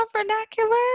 vernacular